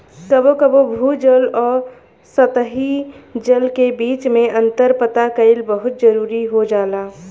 कबो कबो भू जल आ सतही जल के बीच में अंतर पता कईल बहुत जरूरी हो जाला